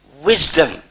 wisdom